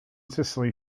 sicily